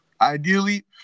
Ideally